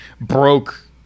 broke